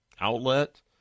outlet